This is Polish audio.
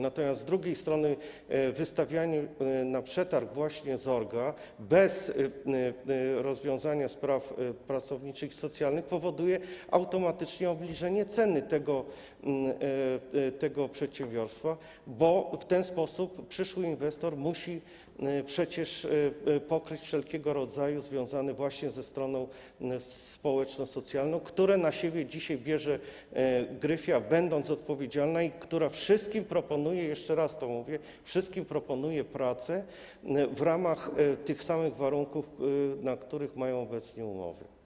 Natomiast z drugiej strony wystawianie na przetarg właśnie ZORG-a bez rozwiązania spraw pracowniczych i socjalnych powoduje automatycznie obniżenie ceny tego przedsiębiorstwa, bo w ten sposób przyszły inwestor musi przecież pokryć wszelkiego rodzaju koszty związane właśnie ze stroną społeczno-socjalną, które na siebie dzisiaj bierze Gryfia, będąc odpowiedzialna, i wszystkim proponuje, jeszcze raz to mówię, wszystkim proponuje pracę w ramach tych samych warunków, na których mają obecnie umowy.